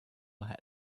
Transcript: had